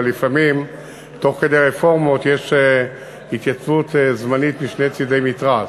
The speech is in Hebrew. אבל לפעמים תוך כדי רפורמות יש התייצבות זמנית משני צדי מתרס.